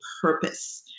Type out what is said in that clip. purpose